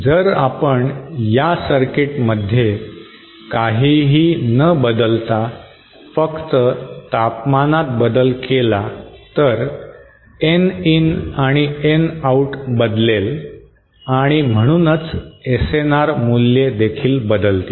जर आपण या सर्किटमध्ये काहीही न बदलता फक्त तापमानात बदल केला तर N इन आणि N आऊट बदलेल आणि म्हणूनच SNR मूल्ये देखील बदलतील